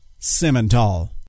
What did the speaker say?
Simmental